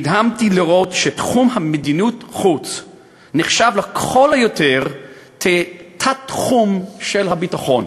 נדהמתי לראות שתחום מדיניות החוץ נחשב לכל היותר תת-תחום של הביטחון.